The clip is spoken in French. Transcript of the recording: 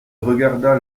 regarda